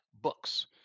books